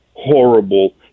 Horrible